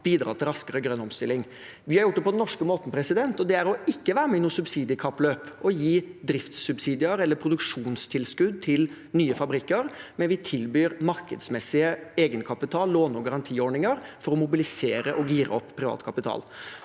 bidra til raskere grønn omstilling. Vi har gjort det på den norske måten, og det er å ikke være med i noe subsidiekappløp og gi driftssubsidier eller produksjonstilskudd til nye fabrikker, men vi tilbyr markedsmessig egenkapital og låne- og garantiordninger for å mobilisere og gire opp privat kapital.